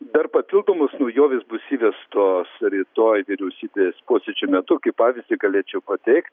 dar papildomos naujovės bus įvestos rytoj vyriausybės posėdžio metu kaip pavyzdį galėčiau pateikt